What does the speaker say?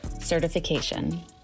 certification